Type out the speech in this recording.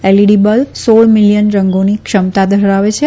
LED bulb સોળ million રંગોની ક્ષમતા ધરાવે છે